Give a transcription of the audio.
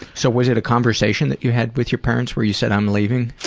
so was it a conversation that you had with your parents where you said, i'm leaving?